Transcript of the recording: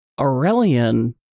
aurelian